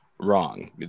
Wrong